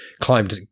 climbed